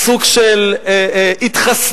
סוג של התחסדות.